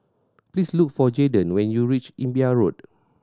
please look for Jadon when you reach Imbiah Road